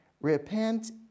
Repent